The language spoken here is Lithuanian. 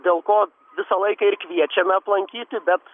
dėl ko visą laiką ir kviečiame aplankyti bet